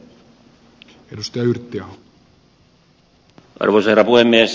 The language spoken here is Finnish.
arvoisa herra puhemies